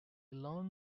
lawn